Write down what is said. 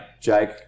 Jake